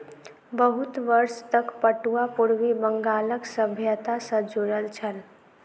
बहुत वर्ष तक पटुआ पूर्वी बंगालक सभ्यता सॅ जुड़ल छल